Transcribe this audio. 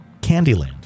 Candyland